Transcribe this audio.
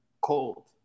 Cold